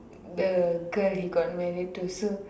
the girl he got married to so